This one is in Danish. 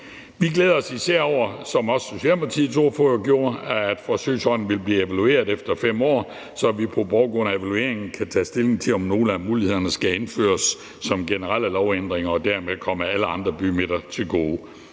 Vi glæder os især over, som også Socialdemokratiets ordfører gjorde, at forsøgsordningen vil blive evalueret efter 5 år, så vi på grundlag af evalueringen kan tage stilling til, om nogle af mulighederne skal indføres som generelle lovændringer og dermed komme alle andre bymidter til gode.